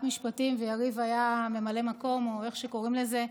משפטים ויריב היה ממלא מקום או איך שקוראים לזה,